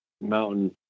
mountain